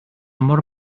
mor